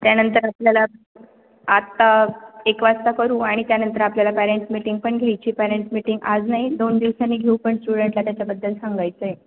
त्यानंतर आपल्याला आत्ता एक वाजता करू आणि त्यानंतर आपल्याला पेरेंट्स मीटिंग पण घ्यायची पेरेंट्स मीटिंग आज नाही दोन दिवसानी घेऊ पण स्टुडंटला त्याच्याबद्दल सांगायचं आहे